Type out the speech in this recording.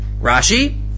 Rashi